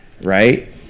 right